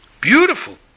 beautiful